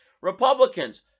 republicans